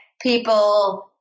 people